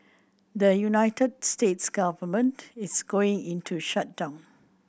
the United States government is going into shutdown